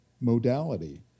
modality